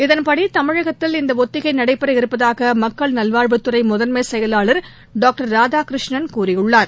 இதன்படிதமிழகத்தில் இந்தஒத்திகைநடைபெற இரு்பபதாகமக்கள் நல்வாழ்வுத்துறைமுதன்மைசெயலாளர் டாக்டர் ராதாகிருஷ்ணன் கூறியுள்ளார்